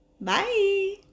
Bye